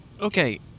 Okay